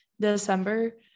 December